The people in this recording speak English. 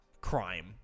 crime